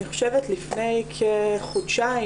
אני חושבת לפני כחודשיים,